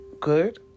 good